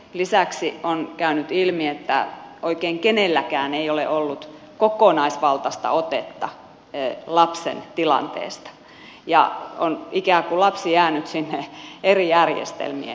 lisäksi on käynyt ilmi että oikein kenelläkään ei ole ollut kokonaisvaltaista otetta lapsen tilanteesta ja on ikään kuin lapsi jäänyt sinne eri järjestelmien väliin